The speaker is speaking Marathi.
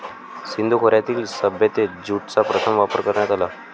सिंधू खोऱ्यातील सभ्यतेत ज्यूटचा प्रथम वापर करण्यात आला